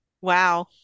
wow